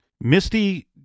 Misty